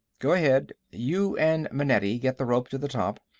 go ahead. you and manetti get the rope to the top,